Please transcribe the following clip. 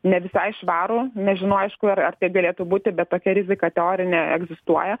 ne visai švarų nežinau aišku ar ar taip galėtų būti bet tokia rizika teorinė egzistuoja